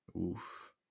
Oof